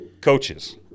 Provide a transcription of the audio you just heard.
coaches